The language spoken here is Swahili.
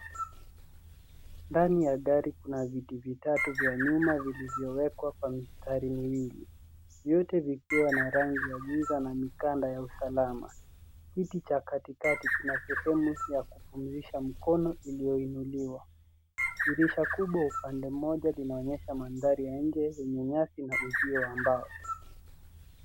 Ndani ya gari kuna viti vitatu vya nyuma vilivyowekwa kwa mistari miwili, vyote vikiwa na rangi ya giza na mikanda ya usalama. Kiti cha katikati kina sehemu ya kupumzisha mikono iliyoinuliwa. Dirisha kubwa upande mmoja linaonyesha mandhari ya nje yenye nyasi na uzio wa mbao.